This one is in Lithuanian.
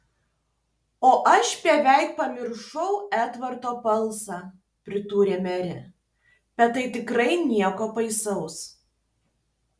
o aš beveik pamiršau edvardo balsą pridūrė merė bet tai tikrai nieko baisaus